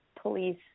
police